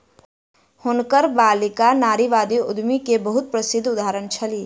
हुनकर बालिका नारीवादी उद्यमी के बहुत प्रसिद्ध उदाहरण छली